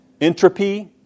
entropy